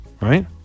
right